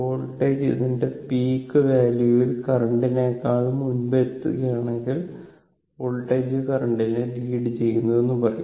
voltage അതിന്റെ peak വാല്യൂവിൽ കറന്റ്നെക്കാളും മുൻപ് എത്തികയാണെങ്കിൽ വോൾട്ടേജ് കറന്റിനെ ലീഡ് ചെയ്യുന്നു എന്ന് പറയും